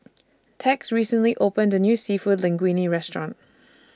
Tex recently opened A New Seafood Linguine Restaurant